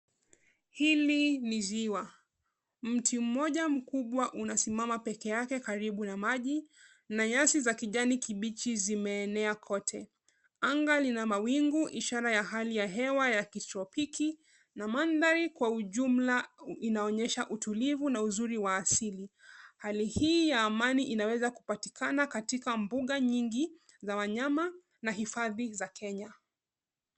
Hili ni ziwa. Mti mmoja mkubwa unasimama peke yake karibu na maji na nyasi za kijani kibichi zimeenea kote. Anga lina mawingu ishara ya hali ya hewa ya kitropiki na mandhari kwa ujumla inaonyesha utulivu na uzuri wa asili. Hali hii ya amani inaweza kupatikana katika mbuga nyingi za wanyama na hifadhi za Kenya.